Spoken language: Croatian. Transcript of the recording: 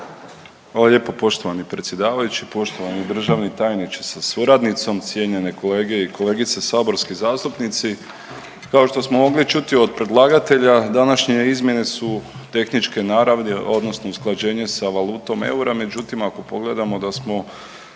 Hvala lijepo poštovani predsjedavajući, poštovani državni tajniče sa suradnicom, cijenjene kolege i kolegice saborski zastupnici. Kao što smo mogli čuti od predlagatelja, današnje izmjene su tehničke naravi, odnosno usklađenje sa valutom eura, međutim, ako pogledamo da smo